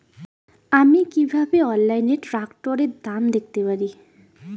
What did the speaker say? আমি কিভাবে অনলাইনে ট্রাক্টরের দাম দেখতে পারি?